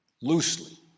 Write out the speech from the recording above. Loosely